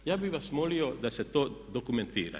Ja bih vas molio da se to dokumentira.